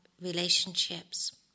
relationships